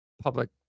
public